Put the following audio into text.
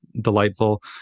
delightful